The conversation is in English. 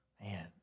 Man